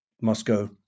Moscow